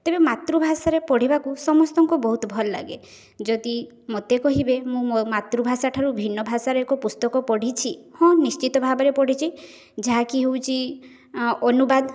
ତେବେ ମାତୃଭାଷାରେ ପଢ଼ିବାକୁ ସମସ୍ତଙ୍କୁ ବହୁତ ଭଲ ଲାଗେ ଯଦି ମୋତେ କହିବେ ମୁଁ ମୋ ମାତୃଭାଷା ଠାରୁ ଭିନ୍ନ ଭାଷାରେ ଏକ ପୁସ୍ତକ ପଢ଼ିଛି ହଁ ନିଶ୍ଚିତ ଭାବରେ ପଢ଼ିଛି ଯାହାକି ହେଉଛି ଅନୁବାଦ